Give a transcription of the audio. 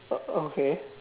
oh okay